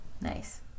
Nice